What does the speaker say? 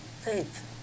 faith